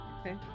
Okay